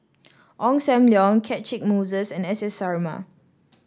Ong Sam Leong Catchick Moses and S S Sarma